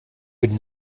would